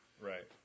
Right